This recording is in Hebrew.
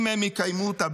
אם הם יקיימו אותה,